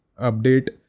update